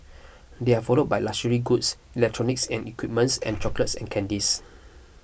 they are followed by luxury goods electronics and equipments and chocolates and candies